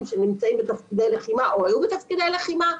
שנמצאים בתפקידי לחימה או היו בתפקידי לחימה,